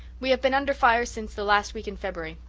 we have been under fire since the last week in february.